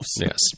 Yes